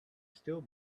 still